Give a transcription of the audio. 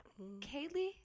Kaylee